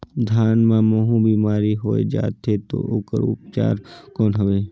धान मां महू बीमारी होय जाथे तो ओकर उपचार कौन हवे?